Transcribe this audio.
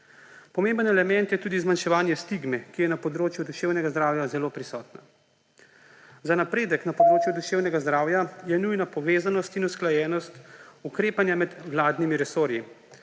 Pomemben element je tudi zmanjševanje stigme, ki je na področju duševnega zdravja zelo prisotna. Za napredek na področju duševnega zdravja je nujna povezanost in usklajenost ukrepanja med vladnimi resorji.